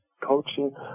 coaching